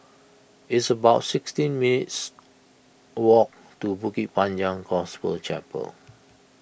it's about sixteen minutes' walk to Bukit Panjang Gospel Chapel